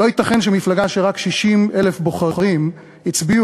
לא ייתכן שמפלגה שרק 60,000 בוחרים הצביעו